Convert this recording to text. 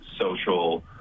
social